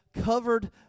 covered